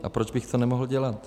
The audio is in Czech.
A proč bych to nemohl dělat?